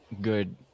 good